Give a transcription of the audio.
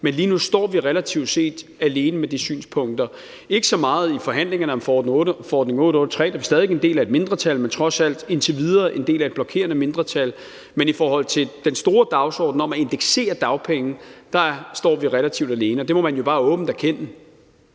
men lige nu står vi relativt alene med de synspunkter. Det gør vi ikke så meget i forhold til forhandlingerne om forordning 883 – der er vi stadig en del af et mindretal, indtil videre trods alt en del af et blokerende mindretal – men i forhold til den store dagsorden om at indeksere dagpenge står vi relativt alene. Og det må man jo bare åbent erkende.